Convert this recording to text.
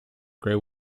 great